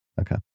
Okay